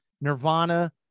Nirvana